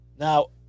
Now